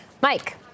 Mike